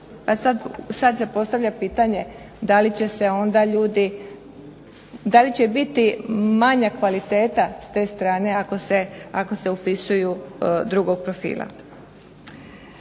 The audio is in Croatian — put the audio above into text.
će se onda ljudi, da li će biti manja kvaliteta s te strane ako se upisuju drugog profila?